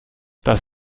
das